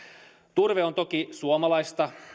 turve on toki suomalaista